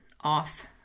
off